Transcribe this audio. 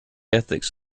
ethics